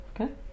Okay